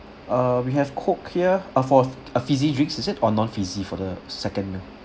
uh we have coke here ah for uh fizzy drink is it or non-fizzy for the second meal